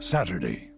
Saturday